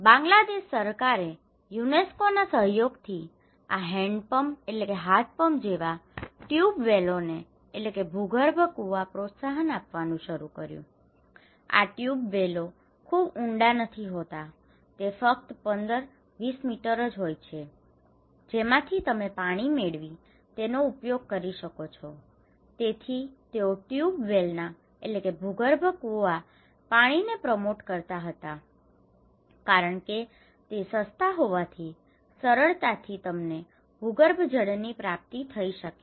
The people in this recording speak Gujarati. બાંગ્લાદેશ સરકારે યુનેસ્કોના સહયોગથી આ હેન્ડપમ્પ્સ hand pumps હાથ પંપ જેવા ટ્યુબ વેલોને tube well ભૂગર્ભ કૂવા પ્રોત્સાહન આપવાનું શરૂ કર્યું આ ટ્યુબ વેલો tube well ભૂગર્ભ કૂવા ખૂબ ઉંડા નથી હોતા તે ફક્ત 15 20 મીટર જ હોય છે જેમાંથી તમે પાણી મેળવી તેનો ઉપયોગ કરી શકો છો તેથી તેઓ ટ્યુબ વેલના tube well ભૂગર્ભ કૂવા પાણીને પ્રોમોટ કરતાં હતા કારણ કે તે સસ્તા હોવાથી સરળતાથી તમને ભૂગર્ભ જળની પ્રાપ્તિ થઈ શકે છે